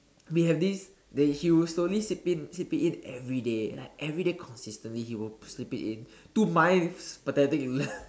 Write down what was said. we have this that he will slowly slip in slip it in everyday like everyday consistently he will slip it in to my pathetic little